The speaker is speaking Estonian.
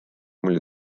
mulle